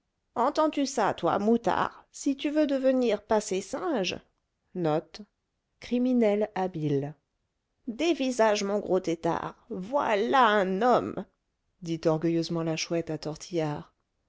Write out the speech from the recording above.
entends-tu ça toi moutard si tu veux devenir passé singe dévisage mon gros têtard voilà un homme dit orgueilleusement la chouette à tortillard